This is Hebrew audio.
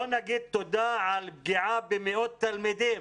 לא נגיד תודה על פגיעה במאות תלמידים